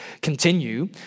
continue